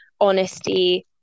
honesty